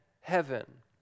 heaven